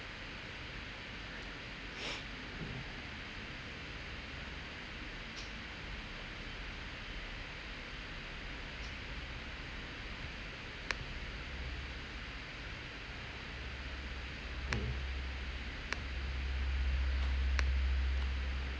mm